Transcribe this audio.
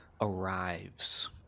arrives